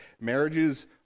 marriages